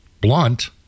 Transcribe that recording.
blunt